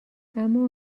اما